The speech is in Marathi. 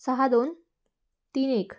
सहा दोन तीन एक